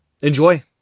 Enjoy